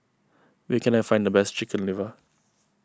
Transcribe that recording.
where can I find the best Chicken Liver